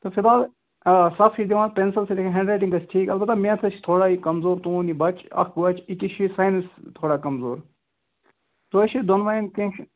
تہٕ فلحال آ صَفہٕ چھِ أسۍ دِوان پٮ۪نسَل سۭتۍ لیکن ہینٛڈ رایٹِنٛگ گَژھِ ٹھیٖک البتہ میتھَس چھِ تھوڑا یہِ کَمزور تُہُنٛد یہِ بَچہِ اَکھ بَچہٕ ییٚکیٛاہ چھُ یہِ ساینس تھوڑا کَمزور تۄہہِ چھُو دۄنوَیَن کینٛہہ